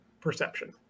perception